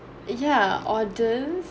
ya oddest